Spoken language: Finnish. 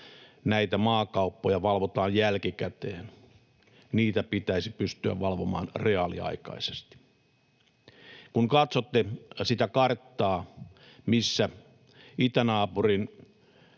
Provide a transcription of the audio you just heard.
näitä maakauppoja valvotaan jälkikäteen — niitä pitäisi pystyä valvomaan reaaliaikaisesti. Kun katsotte sitä karttaa, missä itänaapurin